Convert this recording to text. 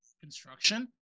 construction